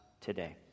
today